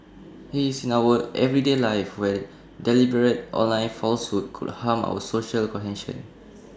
he's in our everyday lives where deliberate online falsehoods could harm our social cohesion